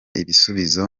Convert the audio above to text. ibisubizo